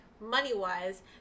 money-wise